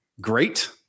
great